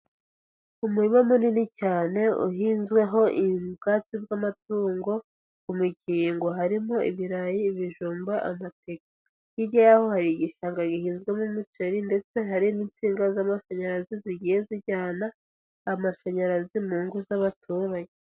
Umurima munini cyane uhinzweho ubwatsi bw'amatungo ku mikingo, harimo ibirayi, ibijumba, amateke, hirya y'aho hari igishanga gihinzwemo umuceri ndetse hari n'insinga z'amashanyarazi zigiye zijyana amashanyarazi mu ngo z'abaturage.